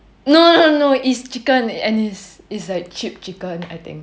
no no no it's chicken and is is like cheap chicken I think